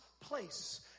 place